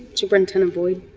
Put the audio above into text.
superintendent boyd.